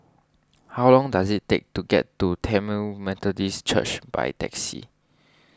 how long does it take to get to Tamil Methodist Church by taxi